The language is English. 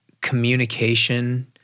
communication